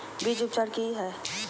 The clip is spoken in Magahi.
बीज उपचार कि हैय?